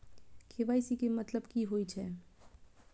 KYC के मतलब कि होई छै?